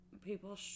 people